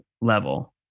level